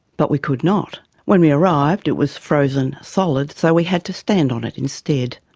but we could not when we arrived, it was frozen solid, so we had to stand on it instead.